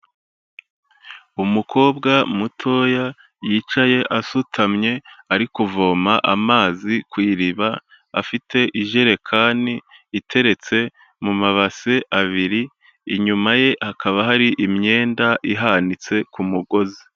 Umukobwa mutoya yicaye asutamye ari kuvoma amazi ku iriba, afite ijerekani iteretse mu mabase abiri, inyuma ye hakaba hari imyenda ihanitse ku mugozi.